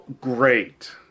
great